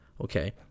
okay